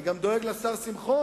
אני גם דואג לשר שמחון,